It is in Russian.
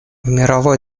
мировой